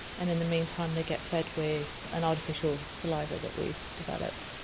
and in the meantime they get fed with an artificial saliva that we've developed.